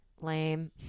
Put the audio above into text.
lame